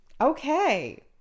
Okay